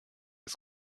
des